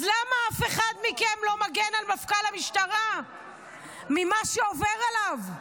אז למה אף אחד מכם לא מגן על מפכ"ל המשטרה ממה שעובר עליו?